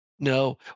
No